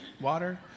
Water